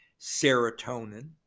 serotonin